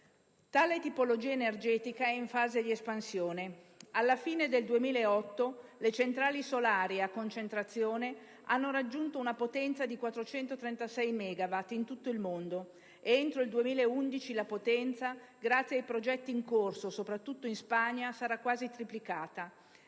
Tale tipologia energetica è in fase di espansione. Alla fine del 2008 le centrali solari a concentrazione hanno raggiunto una potenza di 436 megawatt in tutto il mondo ed entro il 2011 la potenza, grazie ai progetti in corso, soprattutto in Spagna, sarà quasi triplicata;